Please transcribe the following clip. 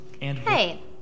hey